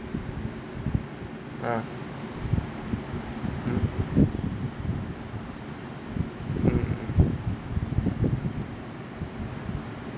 ah